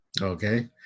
Okay